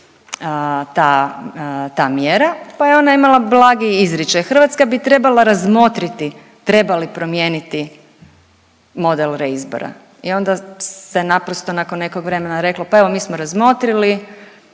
ta mjera, pa je ona imala blagi izričaj, Hrvatska bi trebala razmotriti treba li promijeniti model reizbora i onda se naprosto nakon nekog vremena reklo, pa evo mi smo razmotrili